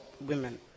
women